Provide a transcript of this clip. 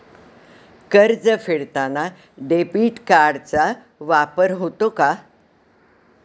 कर्ज फेडताना डेबिट कार्डचा वापर होतो का?